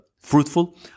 fruitful